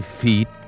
feet